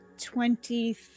Twenty